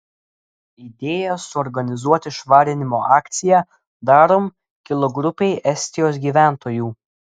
idėja suorganizuoti švarinimo akciją darom kilo grupei estijos gyventojų